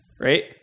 right